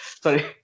Sorry